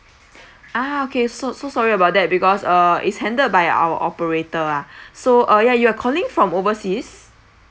ah okay so so sorry about that because uh is handled by our operator ah so uh you're calling from overseas